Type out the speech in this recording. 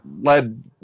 led